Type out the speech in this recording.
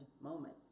moment